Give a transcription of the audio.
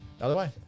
Otherwise